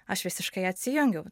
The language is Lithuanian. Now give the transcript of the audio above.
aš visiškai atsijungiau